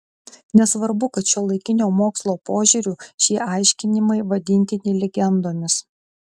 nesvarbu kad šiuolaikinio mokslo požiūriu šie aiškinimai vadintini legendomis